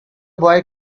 boy